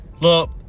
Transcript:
Look